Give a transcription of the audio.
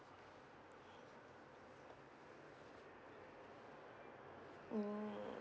mm